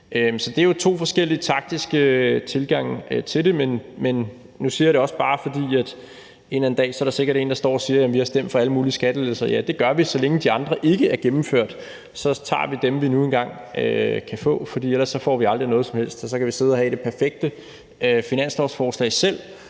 Så det er jo to forskellige taktiske tilgange til det, men nu siger jeg det også bare, fordi der sikkert en eller anden dag er en, der står og siger, at vi har stemt for alle mulige skattelettelser. Ja, det gør vi; så længe de andre ikke er gennemført, tager vi dem, vi nu engang kan få, for ellers får vi aldrig noget som helst, og så kan vi selv sidde og have det perfekte finanslovsforslag.